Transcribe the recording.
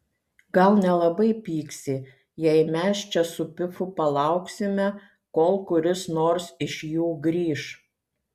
gal nelabai pyksi jei mes čia su pifu palauksime kol kuris nors iš jų grįš